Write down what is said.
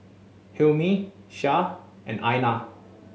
Hilmi Shah and Aina